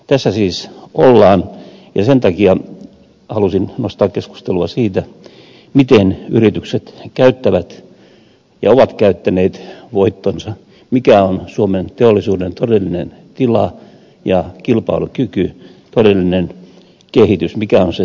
tässä siis ollaan ja sen takia halusin nostaa keskustelua siitä miten yritykset käyttävät ja ovat käyttäneet voittonsa mikä on suomen teollisuuden todellinen tila ja kilpailukyky todellinen kehitys mikä on sen tulevaisuus